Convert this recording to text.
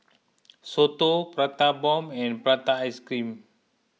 Soto Prata Bomb and Prata Ice Cream